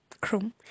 Chrome